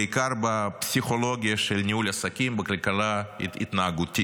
בעיקר בפסיכולוגיה של ניהול עסקים בכלכלה התנהגותית.